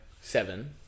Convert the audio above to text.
Seven